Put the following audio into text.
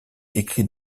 écrit